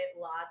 lots